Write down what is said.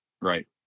Right